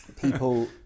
People